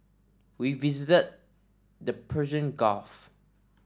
we visit the Persian Gulf